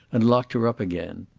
and locked her up again.